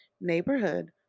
neighborhood